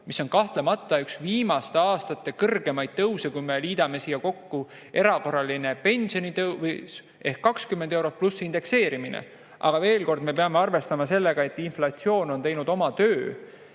See on kahtlemata üks viimaste aastate suuremaid tõuse, kui me liidame siia juurde erakorralise pensionitõusu ehk 20 eurot pluss indekseerimise. Aga veel kord: me peame arvestama sellega, et inflatsioon on teinud oma töö,